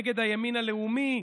נגד הימין הלאומי,